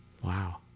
Wow